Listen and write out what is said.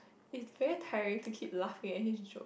is very tiring to keep laughing at his joke